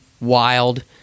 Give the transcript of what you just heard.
wild